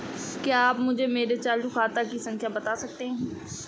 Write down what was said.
क्या आप मुझे मेरे चालू खाते की खाता संख्या बता सकते हैं?